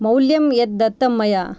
मौल्यं यद् दत्तं मया